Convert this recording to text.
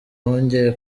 bongeye